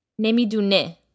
Nemidune